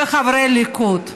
וחברי ליכוד.